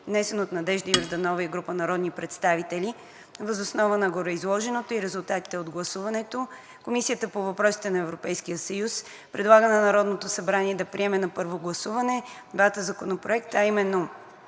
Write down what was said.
внесен от Надежда Йорданова и група народни представители. Въз основа на гореизложеното и резултатите от гласуването Комисията по въпросите на Европейския съюз предлага на Народното събрание да приеме на първо гласуване Законопроект за изменение